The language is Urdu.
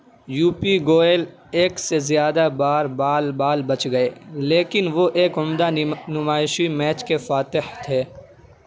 یو پی گوئل ایک سے زیادہ بار بال بال بچ گئے لیکن وہ ایک عمدہ نمائشی میچ کے فاتح تھے